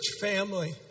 family